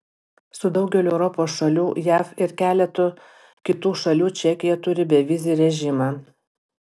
su daugeliu europos šalių jav ir keletu kitų šalių čekija turi bevizį režimą